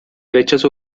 fechas